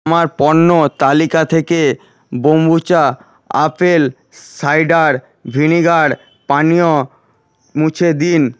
আমার পণ্য তালিকা থেকে বোম্বুচা আপেল সাইডার ভিনিগার পানীয় মুছে দিন